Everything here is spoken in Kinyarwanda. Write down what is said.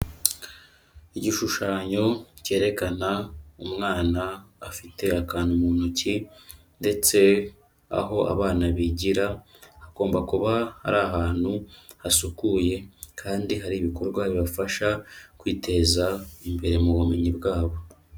Igishushanyo kerekana umwana afite akantu mu ntoki ndetse aho abana bigira hagomba kuba ari ahantu hasukuye kandi hari ibikorwa bibafasha kwiteza imbere mu bumenyi bwabo.